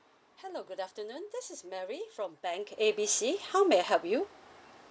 hello good afternoon this is mary from bank A B C how may I help you